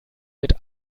mit